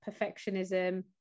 perfectionism